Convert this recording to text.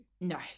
No